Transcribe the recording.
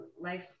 life